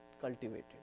cultivated